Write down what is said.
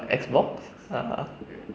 X box ah